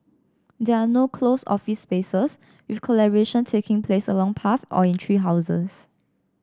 there are no closed office spaces with collaboration taking place along paths or in tree houses